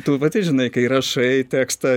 tu pati žinai kai rašai tekstą